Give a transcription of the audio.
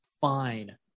fine